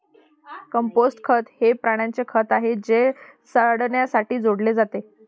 compost खत हे प्राण्यांचे खत आहे जे सडण्यासाठी सोडले जाते